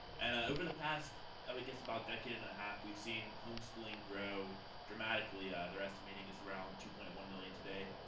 and over the past i would guess about decade and a half, we've seen home schooling grow dramatically. they're estimating it's around two point one million today.